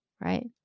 right